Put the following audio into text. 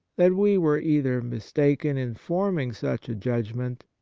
that we were either mis taken in forming such a judgment,